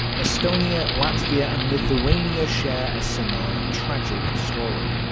estonia, latvia and lithuania share a similar, tragic story.